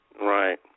right